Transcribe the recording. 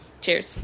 Cheers